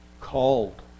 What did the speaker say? called